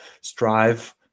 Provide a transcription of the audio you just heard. strive